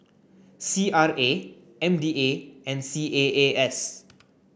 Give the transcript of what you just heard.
C R A M D A and C A A S